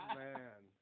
man